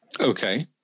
Okay